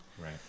right